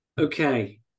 okay